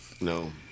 No